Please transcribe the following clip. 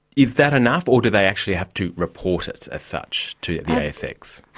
is that enough, or do they actually have to report it as such to the asx?